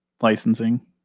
Licensing